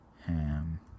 Ham